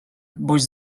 boś